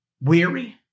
weary